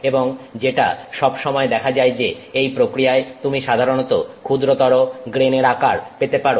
এবং যেটা সব সময় দেখা যায় যে এই প্রক্রিয়ায় তুমি সাধারণত ক্ষুদ্রতর গ্রেনের আকার পেতে পারো